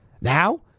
Now